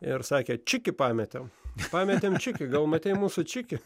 ir sakė čikį pametėm pametėm čikį gal matei mūsų čikį